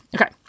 okay